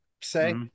say